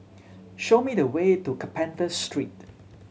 show me the way to Carpenter Street